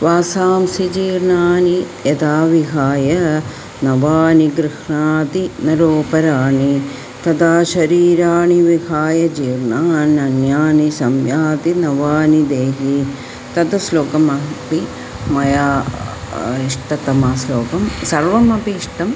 वासांसि जीर्णानि यथा विहाय नवानि गृह्णाति नरोपराणि तथा शरीराणि विहाय जीर्णानि अन्यानि संयाति नवानि देहि तद् श्लोकमहमपि मया इष्टतमं श्लोकं सर्वम् अपि इष्टं